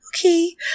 Okay